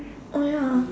oh ya